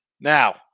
Now